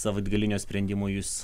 savaitgalinio sprendimo jus